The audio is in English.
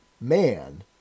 Man